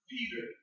Peter